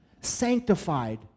sanctified